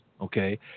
okay